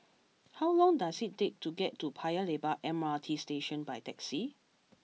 how long does it take to get to Paya Lebar M R T Station by taxi